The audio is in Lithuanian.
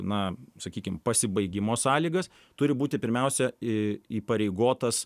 na sakykim pasibaigimo sąlygas turi būti pirmiausia i įpareigotas